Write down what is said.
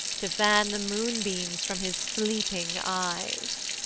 to fan the moonbeams from his sleeping eyes.